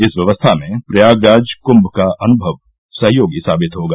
इस व्यवस्था में प्रयागराज कृंभ का अनुभव सहयोगी साबित होगा